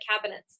cabinets